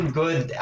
good